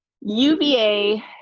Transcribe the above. UVA